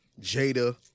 Jada